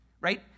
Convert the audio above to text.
right